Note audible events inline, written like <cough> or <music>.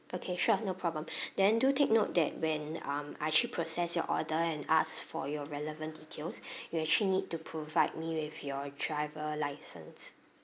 okay sure no problem <breath> then do take note that when um as we process your order and ask for your relevant details <breath> you actually need to provide me with your driver license